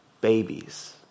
babies